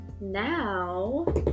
Now